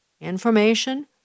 information